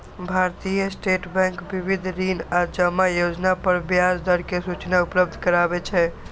भारतीय state bank विविध ऋण आ जमा योजना पर ब्याज दर के सूचना उपलब्ध कराबै छै